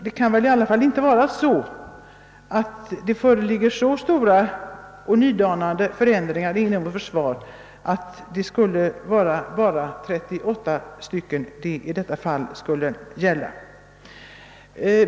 Det kan väl inte ha företagits så stora och genomgripande förändringar inom vårt försvar att det bara kan röra sig om totalt 38 fall som man ansåg sig behöva återinkalla?